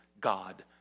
God